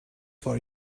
for